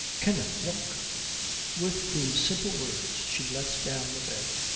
kenneth, look with these simple words she lets down the bed.